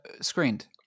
screened